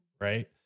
right